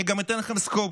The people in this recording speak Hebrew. אני גם אתן לכם סקופ: